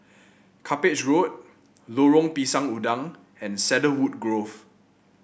Cuppage Road Lorong Pisang Udang and Cedarwood Grove